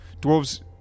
Dwarves